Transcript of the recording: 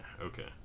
okay